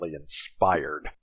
inspired